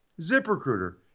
ZipRecruiter